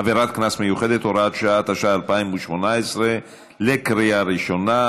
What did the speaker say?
הוראת שעה), התשע"ח 2018, לקריאה ראשונה.